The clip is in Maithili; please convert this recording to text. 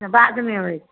नहि बादमे होइ छै